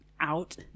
out